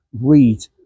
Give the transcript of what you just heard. read